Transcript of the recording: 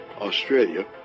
Australia